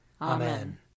Amen